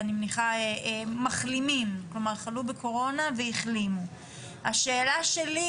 אני מניחה שברגע שהתקנות תתעדכנה